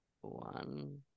one